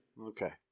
Okay